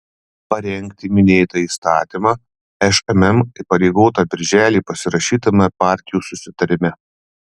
parengti minėtą įstatymą šmm įpareigota birželį pasirašytame partijų susitarime